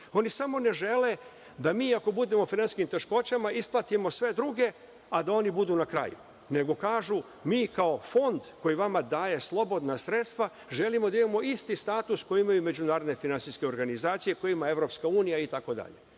oni samo ne žele da mi ako budemo u finansijskim teškoćama isplatimo sve druge, a da oni budu na kraju. Nego kažu – mi kao fond koji vama daje slobodna sredstva želimo da imamo isti status koji imaju međunarodne finansijske organizacije, koji ima EU, itd. Prema